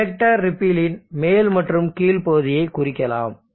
inductor ரிப்பில்லின் மேல் மற்றும் கீழ் பகுதியை குறிக்கலாம்